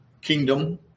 kingdom